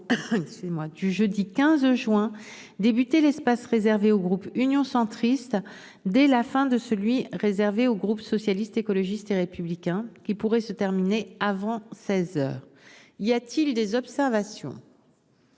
du jeudi 15 juin, prévoir de commencer l'espace réservé au groupe Union Centriste dès la fin de celui réservé au groupe Socialiste, Écologiste et Républicain, qui pourrait se terminer avant seize heures. Y a-t-il des observations ?